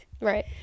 Right